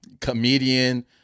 comedian